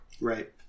Right